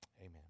Amen